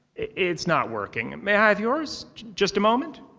it's not working. may i have yours? just a moment?